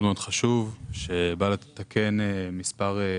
החוק הזה הוא חוק מאוד מאוד חשוב שבא לתקן מספר דברים